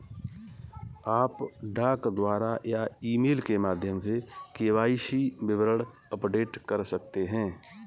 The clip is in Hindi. आप डाक द्वारा या ईमेल के माध्यम से के.वाई.सी विवरण अपडेट कर सकते हैं